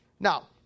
Now